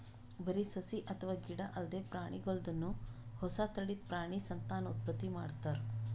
ಬರಿ ಸಸಿ ಅಥವಾ ಗಿಡ ಅಲ್ದೆ ಪ್ರಾಣಿಗೋಲ್ದನು ಹೊಸ ತಳಿದ್ ಪ್ರಾಣಿ ಸಂತಾನೋತ್ಪತ್ತಿ ಮಾಡ್ತಾರ್